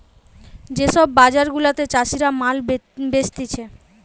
যে সব বাজার গুলাতে চাষীরা মাল বেচতিছে